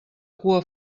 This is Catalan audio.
cua